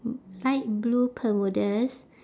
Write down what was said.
light blue bermudas